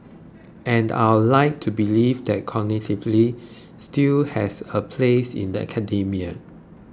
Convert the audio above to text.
and I'd like to believe that collegiality still has a place in academia